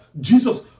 Jesus